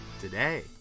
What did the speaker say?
today